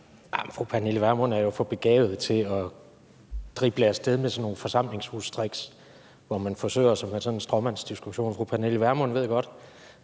Fru Pernille Vermund er jo for begavet til at drible af sted med sådan nogle forsamlingshustricks, hvor man forsøger sig med en stråmandsdiskussion. Fru Pernille Vermund ved godt,